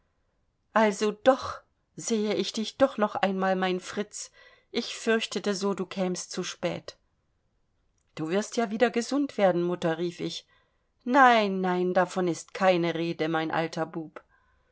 also doch sehe ich dich noch einmal mein fritz ich fürchtete so du kämst zu spät du wirst ja wieder gesund werden mutter rief ich nein nein davon ist keine rede mein alter bub